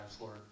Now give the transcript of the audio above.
Lord